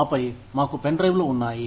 ఆపై మాకు పెన్ డ్రైవ్లు ఉన్నాయి